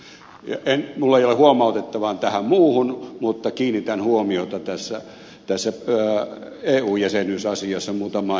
minulla ei ole huomautettavaa tähän muuhun mutta kiinnitän huomiota tässä eu jäsenyysasiassa muutamaan historialliseen näkökohtaan